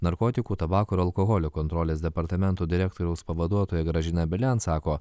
narkotikų tabako ir alkoholio kontrolės departamento direktoriaus pavaduotoja gražina belen sako